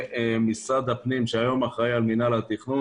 במשרד הפנים שהיום אחראי על מינהל התכנון,